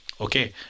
Okay